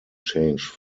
changed